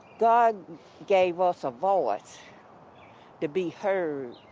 god gave us a voice to be heard,